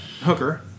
Hooker